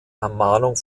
ermahnung